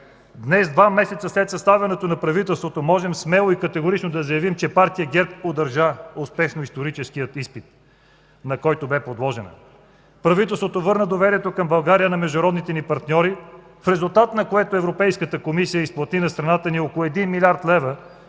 Днес, два месеца след съставянето на правителството, можем смело и категорично да заявим, че партия ГЕРБ удържа успешно историческия изпит, на който бе подложена. Правителството върна доверието към България на международните ни партньори, в резултат на което Европейската комисия изплати на страната ни около 1 млрд. лв.